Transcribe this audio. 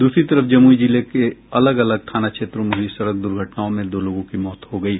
दूसरी तरफ जमुई जिले के अलग अलग थाना क्षेत्रों में हुई सड़क दुर्घटनाओं में दो लोगों की मौत हो गयी